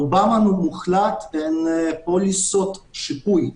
ברובן המוחלט הן פוליסות שיפוי,